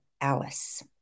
Alice